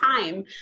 time